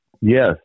Yes